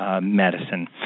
medicine